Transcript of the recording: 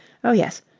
oh yes.